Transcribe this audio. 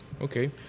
Okay